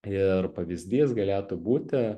ir pavyzdys galėtų būti